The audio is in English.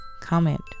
comment